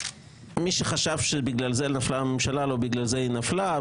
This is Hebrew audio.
מי שחשב שבגלל זה נפלה הממשלה לא בגלל זה היא נפלה,